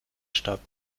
statt